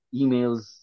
emails